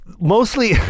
mostly